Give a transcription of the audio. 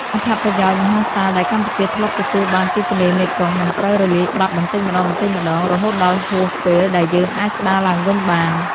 អត្ថប្រយោជន៍មហាសាលដែលកម្ពុជាធ្លាប់ទទួលបានពីទន្លេមេគង្គ នឹងត្រូវរលាយបាត់បន្តិចម្ដងៗ រហូតដល់ហួសពេលដែលយើងអាចស្ដារឡើងវិញបាន។